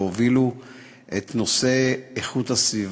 והובילו את נושא איכות הסביבה,